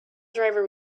driver